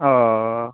ও